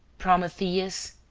prometheus?